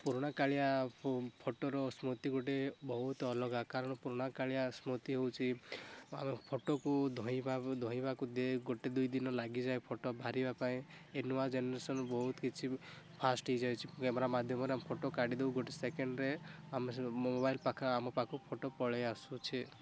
ପୁରୁଣା କାଳିଆ ଫଟୋର ସ୍ମୃତି ଗୋଟେ ବହୁତ ଆଲଗା କାରଣ ପୁରୁଣା କାଳିଆ ସ୍ମୃତି ହେଉଛି ଆମ ଫଟୋକୁ ଧୋଇବା ଧୋଇବାକୁ ଗୋଟେ ଦୁଇଦିନ ଲାଗିଯାଏ ଫଟୋ ବାହାରିବା ପାଇଁ ଏ ନୂଆ ଜେନେରେସନ୍ ବହୁତ କିଛି ଫାଷ୍ଟ ହେଇଯାଇଛି କ୍ୟାମେରା ମାଧ୍ୟମରେ ଆମେ ଫଟୋ କାଢ଼ି ଦେଉ ଗୋଟେ ସେକେଣ୍ଡରେ ମୋବାଇଲ୍ ପାଖରେ ଆମ ପାଖକୁ ଫଟୋ ପଳାଇ ଆସୁଛି